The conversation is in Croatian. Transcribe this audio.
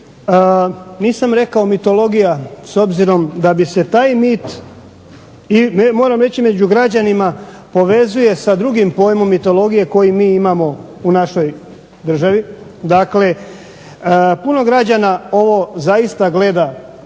nisam rekao mitologija s obzirom da bi se taj mit, i moram reći među građanima povezuje sa drugim pojmom mitologije koji mi imamo u našoj državi, dakle puno građana ovo zaista gleda